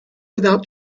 without